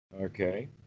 Okay